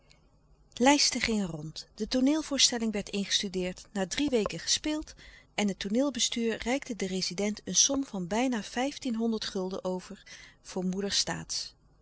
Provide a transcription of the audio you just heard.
lijsten gingen rond de tooneelvoorstelling werd ingestudeerd na drie weken gespeeld en louis couperus de stille kracht het tooneelbestuur reikte den rezident een som van bijna vijftienhonderd gulden over voor